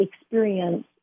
experience